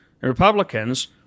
Republicans